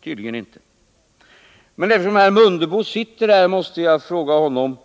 Tydligen inte! Eftersom herr Mundebo sitter här i kammaren måste jag fråga honom: